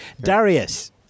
Darius